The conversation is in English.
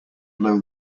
blow